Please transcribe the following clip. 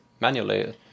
manually